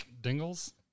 Dingles